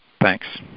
Thanks